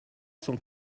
cent